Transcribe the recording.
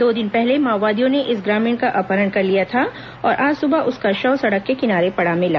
दो दिन पहले माओवादियों ने इस ग्रामीण का अपहरण कर लिया था और आज सुबह उसका शव सड़क के किनारे पड़ा मिला